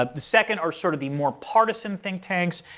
ah the second are sort of the more partisan think tanks.